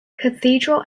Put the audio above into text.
cathedral